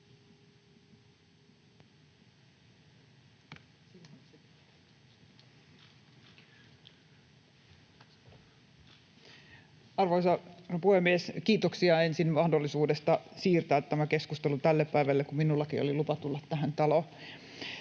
Arvoisa puhemies! Kiitoksia ensin mahdollisuudesta siirtää tämä keskustelu tälle päivälle, kun minullakin oli lupa tulla tähän taloon.